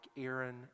Aaron